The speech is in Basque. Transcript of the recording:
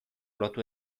lotu